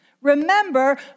Remember